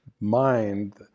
mind